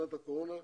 שנת הקורונה,